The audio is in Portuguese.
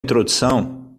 introdução